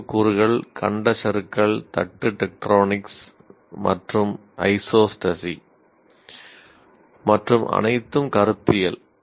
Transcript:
அறிவு கூறுகள் கண்ட சறுக்கல் தட்டு டெக்டோனிக்ஸ் மற்றும் ஐசோஸ்டேசி மற்றும் அனைத்தும் கருத்தியல்